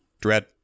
dread